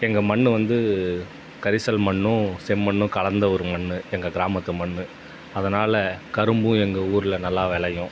எங்கள் மண் வந்து கரிசல் மண்ணும் செம்மண்ணும் கலந்த ஒரு மண் எங்கள் கிராமத்து மண் அதனால் கரும்பும் எங்கள் ஊரில் நல்லா விளையும்